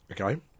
Okay